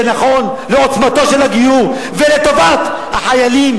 זה נכון לעוצמתו של הגיור ולטובת החיילים,